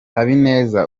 habineza